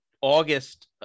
August